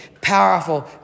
powerful